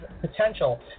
potential